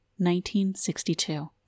1962